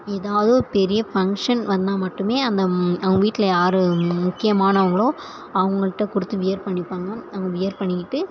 ஏதாவது பெரிய ஃபங்க்ஷன் வந்தால் மட்டும் அந்தம் அவங்க வீட்டில் யார் முக்கியமானவங்களோ அவங்கள்ட கொடுத்து வியர் பண்ணிப்பாங்க அவங்க வியர் பண்ணிக்கிட்டு